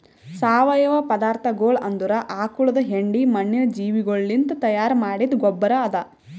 ಸಾವಯವ ಪದಾರ್ಥಗೊಳ್ ಅಂದುರ್ ಆಕುಳದ್ ಹೆಂಡಿ, ಮಣ್ಣಿನ ಜೀವಿಗೊಳಲಿಂತ್ ತೈಯಾರ್ ಮಾಡಿದ್ದ ಗೊಬ್ಬರ್ ಅದಾ